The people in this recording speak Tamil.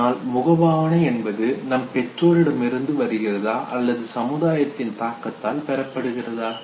ஆனால் முகபாவனை என்பது நம் பெற்றோரிடம் இருந்து வருகிறதா அல்லது சமுதாயத்தின் தாக்கத்தால் பெறப்படுகிறதா